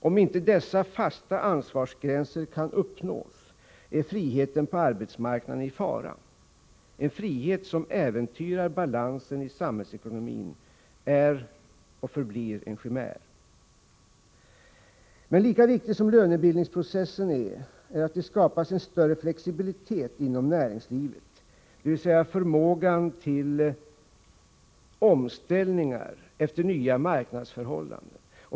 Om inte dessa fasta ansvarsgränser kan uppnås är friheten på arbetsmarknaden i fara. En frihet som äventyrar balansen i samhällsekonomin är och förblir en chimär. Men lika viktig som lönebildningsprocessen är en större flexibilitet inom näringslivet, dvs. ökad förmåga till omställningar efter nya marknadsförhållanden.